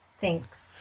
Thanks